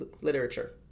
literature